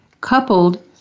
coupled